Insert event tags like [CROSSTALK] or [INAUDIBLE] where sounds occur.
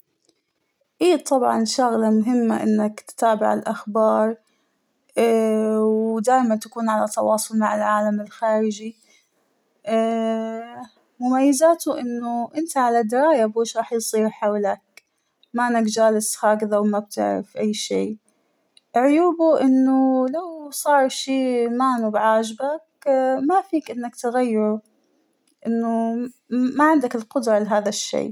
إى طبعا شغلة مهمة إنك تتابع الأخبار ، ااا- ودايماً تكون على تواصل مع العالم الخارجى ، [HESITATION] مميزاته إنه إنت على دراية واش راح يصير حولك ، مانك جالس هكذا ومنك بتعرف أى شى ، عيوبه إنه لو صار شى مانو بعاجبك اا- ما فيك إنك تغيره ، إنه ما عندك القدرة لهذا الشى.